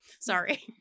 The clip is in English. Sorry